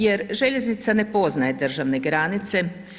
Jer željeznica ne poznaje državne granice.